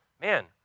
man